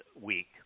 week